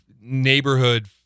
neighborhood